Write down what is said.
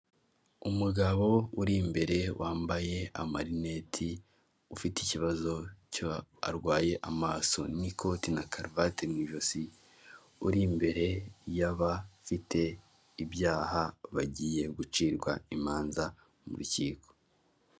Umugabo uri imbere wambaye amarineti, ufite ikibazo cyo arwaye amaso n'ikoti na karuvati mu ijosi, uri imbere y'abafite ibyaha bagiye gucirwa imanza mu rukiko.